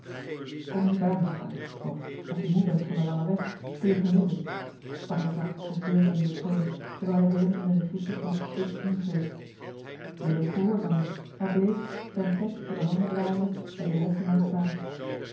kom hier bij me staan of als je moe bent van den langen weg kun je gaan zitten sprak hij zacht op deelnemenden toon terwijl hij willem in de registers van het gesticht inschreef willem gehoorzaamde maar bleef zijne pet door de handen draaiende bij den lessenaar staan